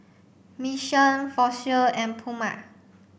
Mission Fossil and Puma